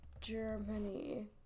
Germany